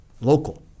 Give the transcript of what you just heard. local